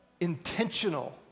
intentional